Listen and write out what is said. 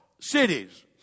cities